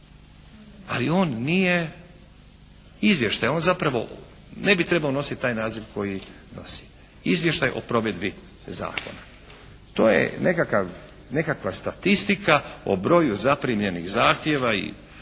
Ali on nije izvještaj. On zapravo ne bi trebao nositi taj naziv koji nosi Izvještaj o provedbi zakona. To je nekakva statistika o broju zaprimljenih zahtjeva i